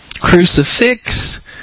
Crucifix